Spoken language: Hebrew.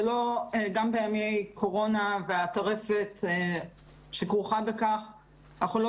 גם בימי קורונה והטרפת שכרוכה בכך אנחנו לא